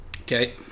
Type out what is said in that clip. Okay